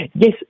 Yes